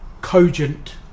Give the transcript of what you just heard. cogent